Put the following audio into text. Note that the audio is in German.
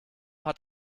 hat